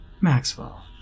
Maxwell